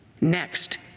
Next